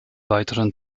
weiteren